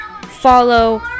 follow